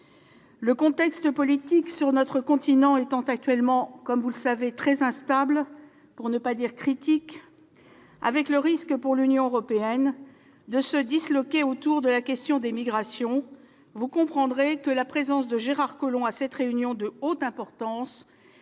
Le contexte politique sur notre continent étant actuellement très instable, pour ne pas dire critique- le risque pour l'Union européenne est de se disloquer autour de la question des migrations -, vous comprendrez que la présence de Gérard Collomb à cette réunion de haute importance